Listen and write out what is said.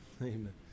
Amen